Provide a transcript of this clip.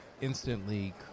instantly